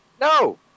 No